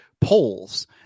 polls